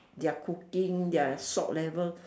their cooking their salt level